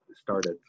started